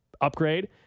upgrade